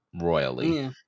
royally